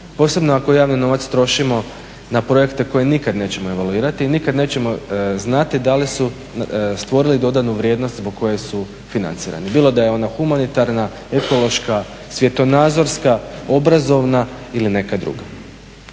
posebno ako javni novac trošimo na projekte koje nikad nećemo evaluirati i nikad nećemo znati da li su stvorili dodanu vrijednost zbog koje su financirani bilo da je ona humanitarna, ekološka, svjetonazorska, obrazovna ili neka druga.